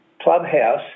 clubhouse